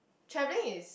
travelling is